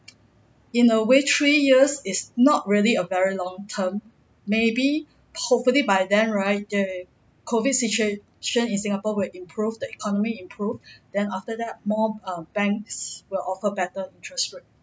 in a way three years is not really a very long term maybe hopefully by then right the COVID situation in singapore will improve the economy improve then after that more err banks will offer better interest rate